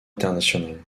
international